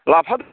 लाफा दं